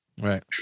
Right